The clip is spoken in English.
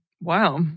Wow